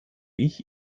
ich